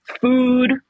food